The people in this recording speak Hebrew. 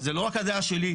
זה לא רק הדעה שלי,